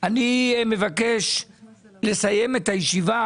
אני מבקש לסיים את הישיבה,